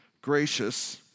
Gracious